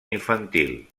infantil